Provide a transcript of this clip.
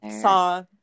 saw